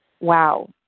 Wow